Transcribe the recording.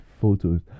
photos